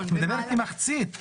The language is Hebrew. את מדברת על מחצית,